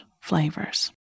flavors